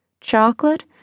chocolate